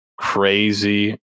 crazy